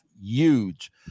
huge